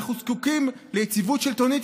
אנחנו זקוקים ליציבות שלטונית,